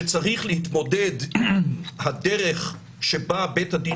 שצריך להתמודד עם הדרך שבה בית הדין